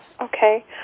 Okay